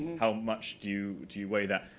how much do do you weigh that?